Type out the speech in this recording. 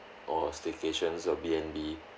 or staycations or B and B